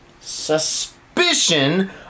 suspicion